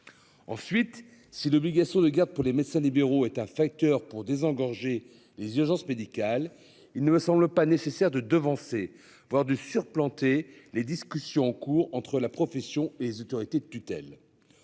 Ensuite c'est l'obligation de garde pour les médecins libéraux est un facteur pour désengorger les urgences médicales. Il ne me semble pas nécessaire de devancer voire de sur planter les discussions en cours entre la profession et les autorités de tutelle.